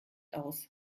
aus